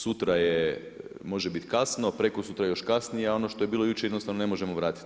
Sutra je, može biti kasno, prekosutra još kasnije a ono što je bilo jučer jednostavno ne možemo vratiti.